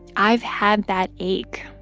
i've had that ache,